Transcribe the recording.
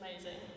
amazing